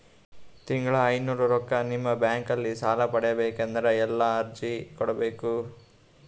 ತಿಂಗಳ ಐನೂರು ರೊಕ್ಕ ನಿಮ್ಮ ಬ್ಯಾಂಕ್ ಅಲ್ಲಿ ಸಾಲ ಪಡಿಬೇಕಂದರ ಎಲ್ಲ ಅರ್ಜಿ ಕೊಡಬೇಕು?